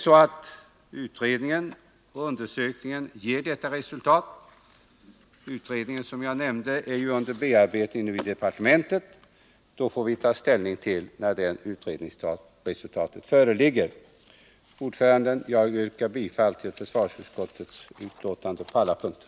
Om utredningen ger detta resultat — den är nu under bearbetning i departementet — får vi ta ställning till frågan när det föreligger. Herr talman! Jag yrkar bifall till försvarsutskottets hemställan på alla punkter.